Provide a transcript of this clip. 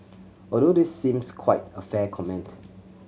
although this seems quite a fair comment